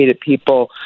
people